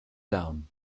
down